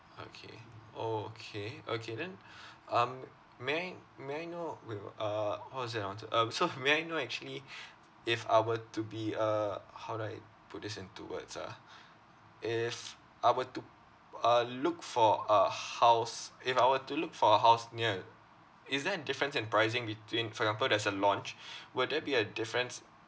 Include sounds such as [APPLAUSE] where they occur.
okay okay okay then um may I may I know wait wait uh what was it I want to um so [LAUGHS] may I know actually if I were to be uh how do I put this into words ah if I were to uh look for a house if I were to look for a house near is there a difference in pricing between for example there's a launch will there be a difference